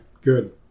Good